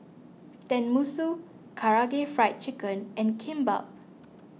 Tenmusu Karaage Fried Chicken and Kimbap